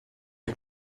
wir